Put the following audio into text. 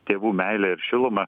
tėvų meile ir šiluma